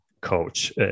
coach